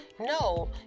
No